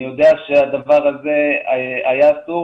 אני יודע שהדבר הזה היה אסור,